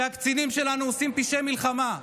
שהקצינים שלנו עושים פשעי מלחמה.